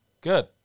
Good